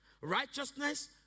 righteousness